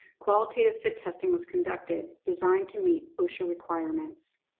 qualitative fit testing was conducted, designed to meet osha requirements.